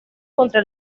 contra